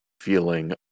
feeling